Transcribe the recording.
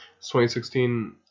2016